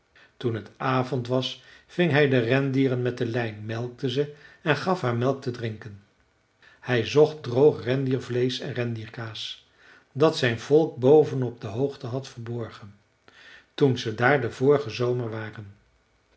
toen het avond was ving hij de rendieren met de lijn melkte ze en gaf haar melk te drinken hij zocht droog rendiervleesch en rendierkaas dat zijn volk boven op de hoogte had verborgen toen ze daar den vorigen zomer waren